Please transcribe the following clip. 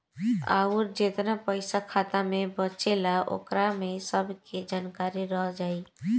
अउर जेतना पइसा खाता मे बचेला ओकरा में सब के जानकारी रह जाइ